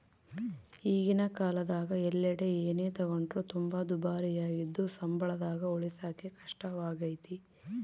ಈಗಿನ ಕಾಲದಗ ಎಲ್ಲೆಡೆ ಏನೇ ತಗೊಂಡ್ರು ತುಂಬಾ ದುಬಾರಿಯಾಗಿದ್ದು ಸಂಬಳದಾಗ ಉಳಿಸಕೇ ಕಷ್ಟವಾಗೈತೆ